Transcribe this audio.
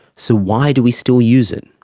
so why do we still use it?